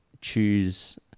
choose